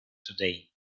today